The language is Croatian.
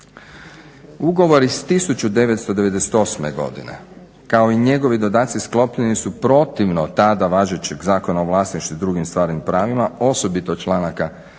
Ugovor iz 1998.godine kao i njegovi dodaci sklopljeni su protivno tada važećeg zakona o vlasništvu i drugim stvarnim pravima, osobito članaka